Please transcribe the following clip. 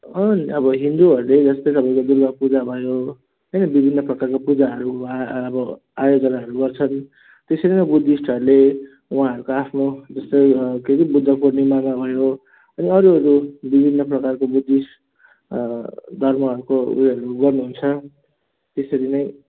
अन् अब हिन्दूहरूले यस्तै कारणले दुर्गा पूजा भयो है विभिन्न प्रकारको पूजाहरू अब आयोजनाहरू गर्छन् त्यसरी नै बुद्धिस्टहरूले वहाँहरूको आफ्नो जस्तै के अरे बुद्ध पुर्णिमा भयो अनि अरू अरू विभिन्न प्रकारको बुद्धिस्ट धर्महरूको उयोहरू गर्नु हुन्छ त्यसरी नै